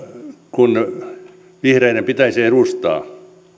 kun vihreiden pitäisi edustaa